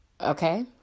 Okay